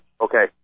Okay